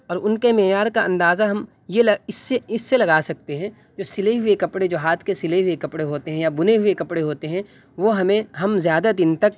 اور ان کے معیار کا اندازہ ہم یہ اس سے اس سے لگا سکتے ہیں جو سلے ہوئے کپڑے جو ہاتھ کے سلے ہوئے کپڑے ہوتے ہیں یا بنے ہوئے کپڑے ہوتے ہیں وہ ہمیں ہم زیادہ دن تک